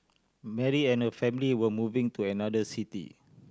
Mary and her family were moving to another city